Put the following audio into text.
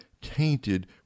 tainted